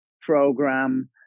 program